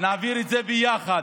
נעביר את זה ביחד.